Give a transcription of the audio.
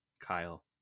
Kyle